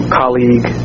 colleague